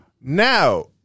Now